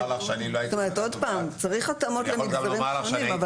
צריך התאמות למגזרים שונים.